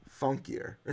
funkier